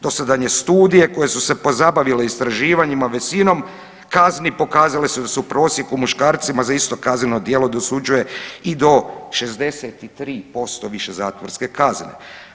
Dosadanje studije koje su se pozabavile istraživanjima, visinom kazni pokazale su da se u prosjeku muškarcima za isto kazneno djelo dosuđuje i do 63% zatvorske kazne.